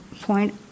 point